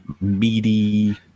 meaty